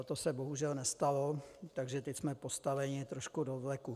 To se bohužel nestalo, takže teď jsme postaveni trošku do vleku.